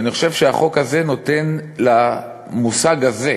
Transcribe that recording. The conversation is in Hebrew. ואני חושב שהחוק הזה נותן למושג הזה